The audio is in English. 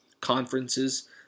conferences